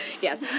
Yes